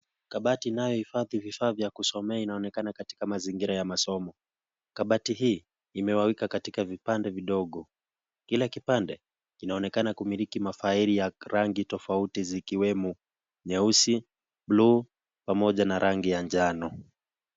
Kabati inayohifadhi vifaa vya kusomea inaonekana katika mazingira ya masomo. Kabati hii imegawika katika vipande vidogo, Kila kipande kinaonekana kumiliki mafaili ya rangi tofauti zikiwemo nyeusi, buluu pamoja na rangi ya njano.